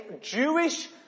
Jewish